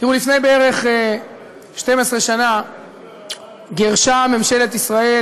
תראו, לפני בערך 12 שנה גירשה ממשלת ישראל